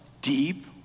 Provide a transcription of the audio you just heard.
deep